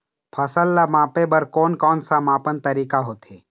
फसल ला मापे बार कोन कौन सा मापन तरीका होथे?